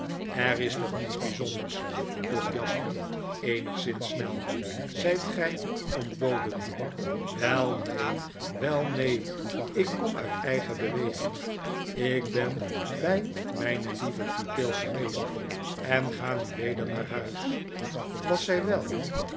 er is toch niets bijzonders vroeg jasper eenigszins snel zgt gy ontboden wel neen wel neen ikkomuiteigen beweging ik ben by myne lieve pupil geweest en ga nu weder naar huis was zy wel